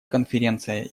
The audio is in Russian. конференция